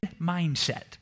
mindset